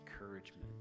encouragement